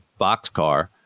boxcar